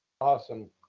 Awesome